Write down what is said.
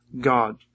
God